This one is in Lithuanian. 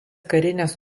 karinės